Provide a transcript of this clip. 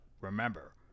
remember